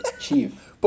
Chief